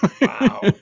Wow